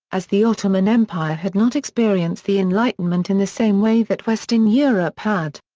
as the ottoman empire had not experienced the enlightenment in the same way that western europe had.